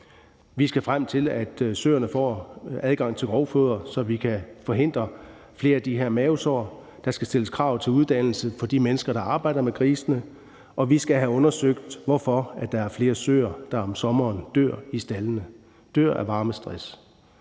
Vi skal frem til, at søerne får adgang til grovfoder, så vi kan forhindre flere af de her mavesår. Der skal stilles krav til uddannelse for de mennesker, der arbejder med grisene, og vi skal have undersøgt, hvorfor der er flere søer, der om sommeren dør i staldene af varmestress.